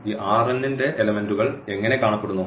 ഈ ന്റെ എലെമെന്റുകൾ എങ്ങനെ കാണപ്പെടുന്നു